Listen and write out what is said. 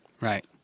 right